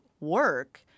work